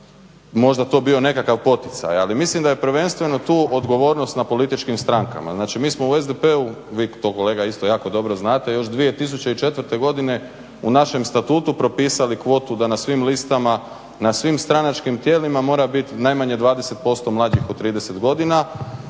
možda to bio nekakav poticaj. Ali mislim da je prvenstveno tu odgovornost na političkim strankama. Znači, mi smo u SDP-u, vi to kolega isto jako dobro znate još 2004. godine u našem Statutu propisali kvotu da na svim listama, na svim stranačkim tijelima mora bit najmanje 20% mlađih od 30 godina